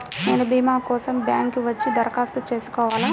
నేను భీమా కోసం బ్యాంక్కి వచ్చి దరఖాస్తు చేసుకోవాలా?